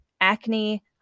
acne